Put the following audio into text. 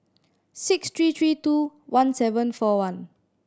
six three three two one seven four one